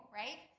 right